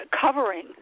covering